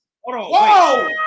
Whoa